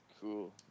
Cool